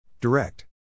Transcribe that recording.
Direct